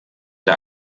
der